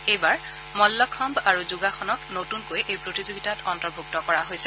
এইবাৰ মল্লখন্ব আৰু যোগাসনক নতুনকৈ এই প্ৰতিযোগিতাত অন্তৰ্ভুক্ত কৰা হৈছে